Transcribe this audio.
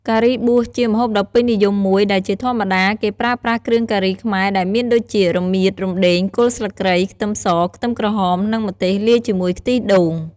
ការីបួសជាម្ហូបដ៏ពេញនិយមមួយ ដែលជាធម្មតាគេប្រើប្រាស់គ្រឿងការីខ្មែរដែលមានដូចជា រមៀត រំដេង គល់ស្លឹកគ្រៃ ខ្ទឹមស ខ្ទឹមក្រហម និងម្ទេស លាយជាមួយខ្ទិះដូង។